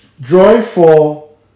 joyful